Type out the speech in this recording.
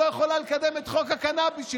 שלא יכולה לקדם את חוק הקנביס,